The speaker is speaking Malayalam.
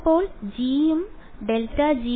ഇപ്പോൾ g ഉം ∇g